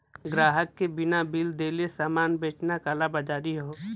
ग्राहक के बिना बिल देले सामान बेचना कालाबाज़ारी हौ